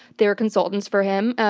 they were consultants for him.